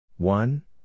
One